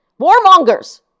warmongers